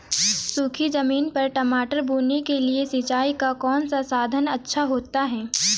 सूखी ज़मीन पर मटर बोने के लिए सिंचाई का कौन सा साधन अच्छा होता है?